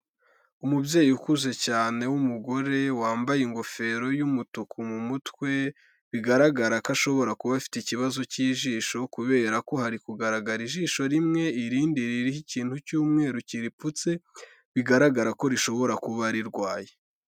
Umubyeyi ukuze cyane w'umugore wambaye ingofero y'umutuku mu mutwe, bigaragara ko ashobora kuba afite ikibazo k'ijisho kubera ko hari kugaragara ijisho rimwe, irindi ririho ikintu cy'umweru kiripfutse, bigaragara ko rishobora kuba rirwaye.